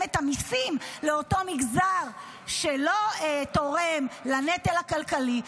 את המיסים לאותו מגזר שלא תורם לנטל הכלכלי,